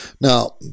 Now